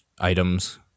items